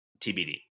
TBD